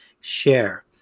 share